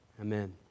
Amen